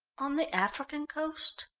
on the african coast?